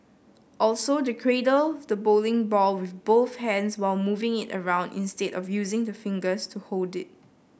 also cradle the bowling ball with both hands while moving it around instead of using the fingers to hold it